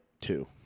two